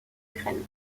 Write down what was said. ukraine